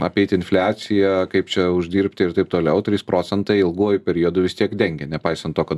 apeit infliaciją kaip čia uždirbti ir taip toliau trys procentai ilguoju periodu vis tiek dengia nepaisant to kad